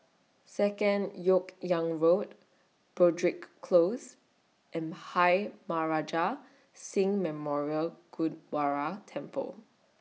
Second Yok Yang Road Broadrick Close and Bhai Maharaj Singh Memorial Gurdwara Temple